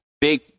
big